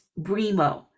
brimo